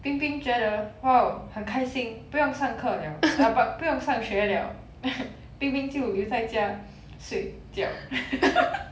冰冰觉得 !wow! 很开心不用上课了 不用上学了 冰冰就留在家睡觉